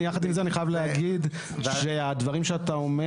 יחד עם זה אני חייב להגיד שהדברים שאתה אומר